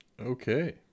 Okay